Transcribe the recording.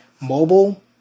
mobile